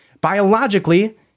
Biologically